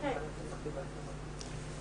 שומעים אותנו?